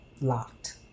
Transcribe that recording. locked